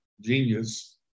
genius